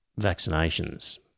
vaccinations